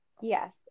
yes